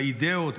באידיאות,